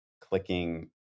clicking